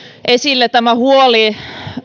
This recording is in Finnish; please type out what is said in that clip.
esille huoli